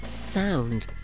sound